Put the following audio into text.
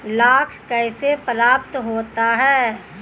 लाख कैसे प्राप्त होता है?